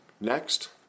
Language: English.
Next